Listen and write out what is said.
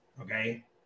Okay